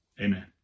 Amen